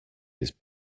his